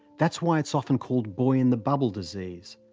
that's why it's often called boy in the bubble disease,